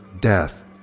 death